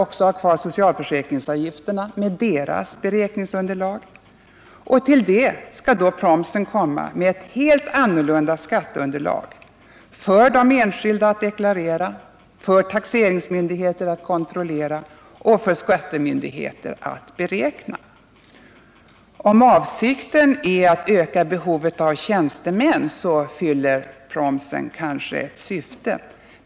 v. ha kvar socialförsäkringsavgifterna med deras beräkningsunderlag. Till det skall då promsen komma med ett helt annorlunda skatteunderlag, för de enskilda att deklarera, för taxeringsmyndigheter att kontrollera och för skattemyndigheter att beräkna. Om avsikten är att öka behovet av tjänstemän fyller promsen kanske ett syfte.